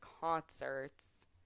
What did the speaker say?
concerts